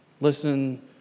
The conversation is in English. Listen